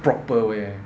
proper way